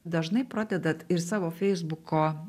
dažnai pradedat ir savo feisbuko